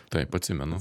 taip atsimenu